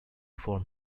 form